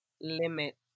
limit